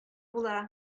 була